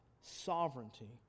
sovereignty